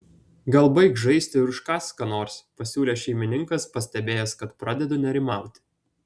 gal baik žaisti ir užkąsk ko nors pasiūlė šeimininkas pastebėjęs kad pradedu nerimauti